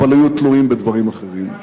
אבל היו תלויים בדברים אחרים,